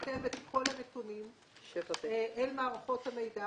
אני חייבת לנתב את כל הנתונים אל מערכות המידע,